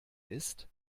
ist